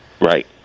Right